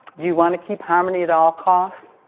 you want to keep harmony at all costs?